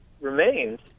remains